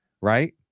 right